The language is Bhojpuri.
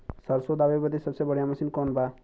सरसों दावे बदे सबसे बढ़ियां मसिन कवन बा?